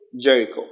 Jericho